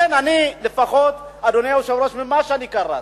לכן אני, לפחות, אדוני היושב-ראש, ממה שאני קראתי,